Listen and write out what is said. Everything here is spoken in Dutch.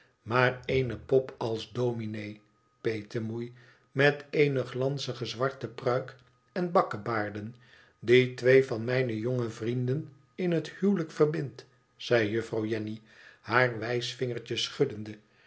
maar eene pop als dominé petemoei met eene glanzige zwarte pruik en bakkebaarden die twee van mijne jonge vrienden in het huwelijk verbindt zei juffrouw jenny haar wijsvingertje schuddende